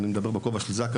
אני מדבר על בכובע של זק״א,